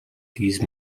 these